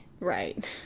right